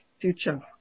future